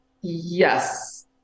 Yes